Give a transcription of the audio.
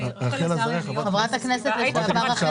חברת הכנסת לשעבר רחל